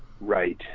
right